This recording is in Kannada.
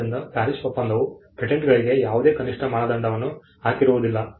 ಆದ್ದರಿಂದ PARIS ಒಪ್ಪಂದವು ಪೇಟೆಂಟ್ಗಳಿಗೆ ಯಾವುದೇ ಕನಿಷ್ಠ ಮಾನದಂಡವನ್ನು ಹಾಕಿರುವುದಿಲ್ಲ